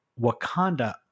Wakanda